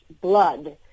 blood